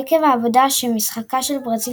עקב העובדה שמשחקה של ברזיל,